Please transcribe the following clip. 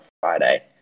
Friday